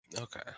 Okay